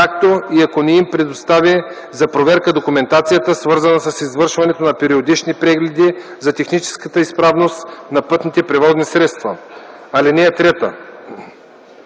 както и ако не им предостави за проверка документацията, свързана с извършването на периодични прегледи за техническата изправност на пътните превозни средства. (3) Когато